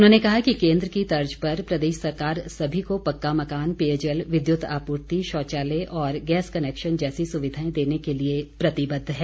उन्होंने कहा कि केन्द्र की तर्ज़ पर प्रदेश सरकार सभी को पक्का मकान पेयजल विद्युत आपूर्ति शौचालय और गैस कनेक्शन जैसी सुविधाएं देने के लिए प्रतिबद्ध है